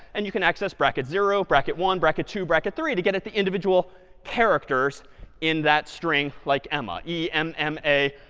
and you can access bracket zero, bracket one, bracket two, bracket three, to get at the individual characters in that string like emma, e m m a,